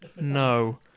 no